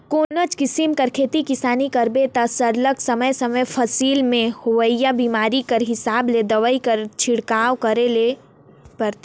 कोनोच किसिम कर खेती किसानी करबे ता सरलग समे समे फसिल में होवइया बेमारी कर हिसाब ले दवई कर छिड़काव करे ले परथे